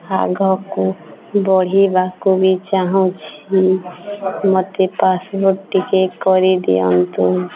ଆଗକୁ ବଢ଼ିବାକୁ ବି ଚାହୁଁଛି ମୋତେ ପାସପୋର୍ଟ ଟିକେ କରିଦିଅନ୍ତୁ